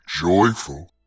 joyful